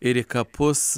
ir į kapus